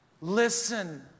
Listen